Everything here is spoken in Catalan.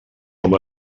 com